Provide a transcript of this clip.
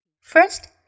First